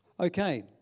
Okay